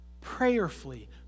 Prayerfully